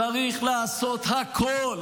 צריך לעשות הכול,